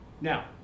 Now